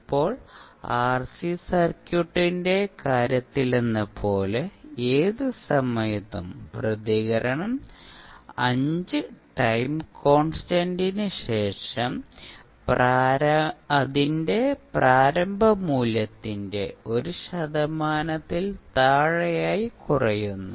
ഇപ്പോൾ ആർസി സർക്യൂട്ടിന്റെ കാര്യത്തിലെന്നപോലെ ഏത് സമയത്തും പ്രതികരണം 5 ടൈം കോൺസ്റ്റന്റ് ശേഷം അതിന്റെ പ്രാരംഭ മൂല്യത്തിന്റെ 1 ശതമാനത്തിൽ താഴെയായി കുറയുന്നു